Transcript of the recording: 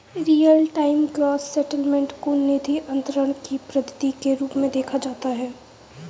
real time gross settlement को निधि अंतरण की पद्धति के रूप में देखा जाता है